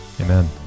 Amen